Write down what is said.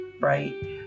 right